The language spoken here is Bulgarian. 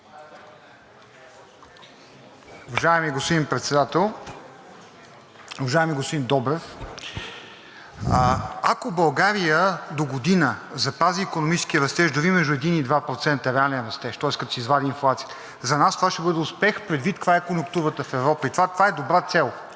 Уважаеми господин Председател! Уважаеми господин Добрев, ако България догодина запази икономически растеж дори между 1 и 2% реален растеж, тоест, като се извади инфлацията, за нас това ще бъде успех предвид каква е конюнктурата в Европа. Това е добра цел,